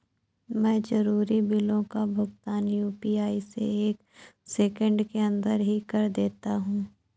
मैं जरूरी बिलों का भुगतान यू.पी.आई से एक सेकेंड के अंदर ही कर देता हूं